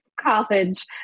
college